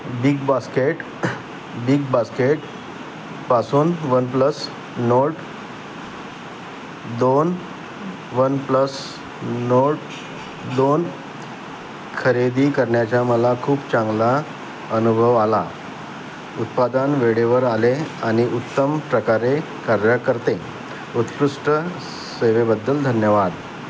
big basket BigBasket पासून OnePlus Nord दोन OnePlus Nord दोन खरेदी करण्याचा मला खूप चांगला अनुभव आला उत्पादन वेळेवर आले आणि उत्तम प्रकारे कार्य करते उत्कृष्ट सेवेबद्दल धन्यवाद